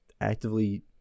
actively